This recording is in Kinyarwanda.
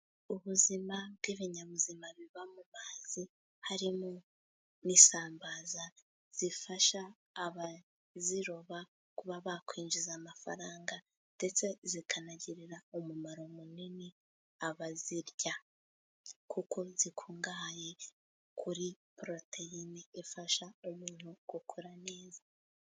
Ubuzima bw'ibinyabuzima biba mu mazi, harimo n'isambaza zifasha abaziroba kuba bakwinjiza amafaranga, ndetse zikanagirira umumaro munini abazirya, kuko zikungahaye kuri poroteyine ifasha umuntu gukora neza.